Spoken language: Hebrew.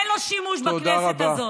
אין לו שימוש בכנסת הזאת.